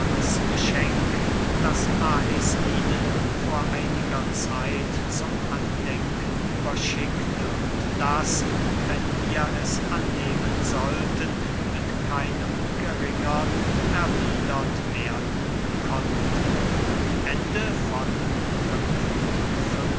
geschenk das lais ihnen vor einiger zeit zum andenken überschickte und das wenn wir es annehmen sollten mit keinem geringern erwiedert werden konnte